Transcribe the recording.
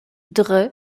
dre